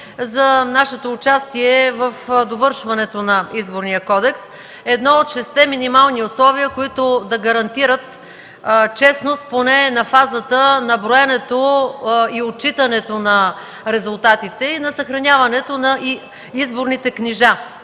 за нашето участие в довършването на Изборния кодекс. Едно от шестте минимални условия, които да гарантират честност поне на фазата на броенето и отчитането на резултатите, и на съхраняването на изборните книжа.